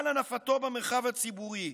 על הנפתו במרחב הציבורי,